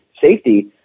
safety